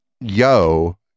yo